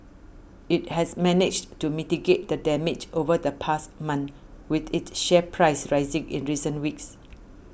it has managed to mitigate the damage over the past month with its share price rising in recent weeks